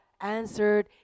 answered